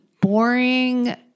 boring